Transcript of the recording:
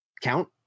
count